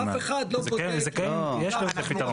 יש לזה פתרון.